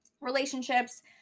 relationships